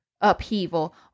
upheaval